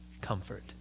Comfort